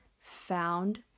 found